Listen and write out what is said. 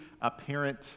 apparent